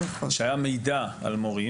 שהיה מידע על מורים,